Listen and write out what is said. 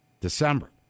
December